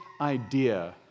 idea